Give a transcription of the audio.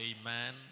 Amen